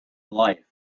life